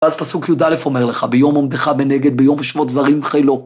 ‫ואז פסוק י' א' אומר לך, ‫ביום עומדך בנגד, ביום שבות זרים חילו.